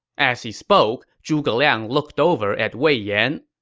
as he spoke, zhuge liang looked over at wei yan,